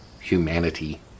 humanity